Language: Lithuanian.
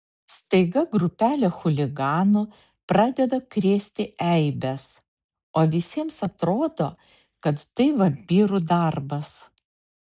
staiga grupelė chuliganų pradeda krėsti eibes o visiems atrodo kad tai vampyrų darbas